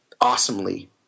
awesomely